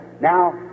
Now